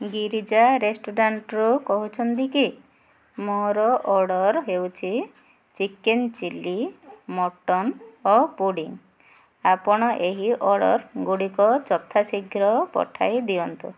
ଗିରିଜା ରେଷ୍ଟୁରାଣ୍ଟ୍ରୁ କହୁଛନ୍ତି କି ମୋର ଅର୍ଡ଼ର୍ ହେଉଛି ଚିକେନ୍ ଚିଲି ମଟନ୍ ଓ ପୁଡ଼ିଂ ଆପଣ ଏହି ଅର୍ଡ଼ର୍ଗୁଡ଼ିକ ଯଥାଶୀଘ୍ର ପଠାଇଦିଅନ୍ତୁ